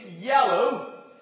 yellow